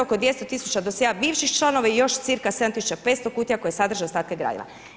Oko 200 000 dosjea bivših članova i još cirka 7500 kutija koje sadrže ostatke gradiva.